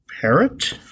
parrot